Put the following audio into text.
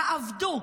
יעבדו.